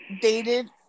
dated